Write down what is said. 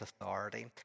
authority